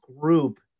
group